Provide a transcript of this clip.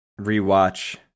rewatch